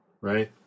right